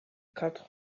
quatre